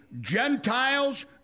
Gentiles